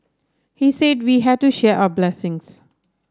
he said we had to share our blessings